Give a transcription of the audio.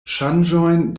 ŝanĝojn